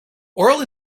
oral